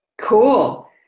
Cool